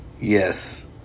Yes